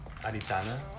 Aritana